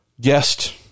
guest